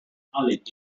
thought